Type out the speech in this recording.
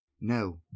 No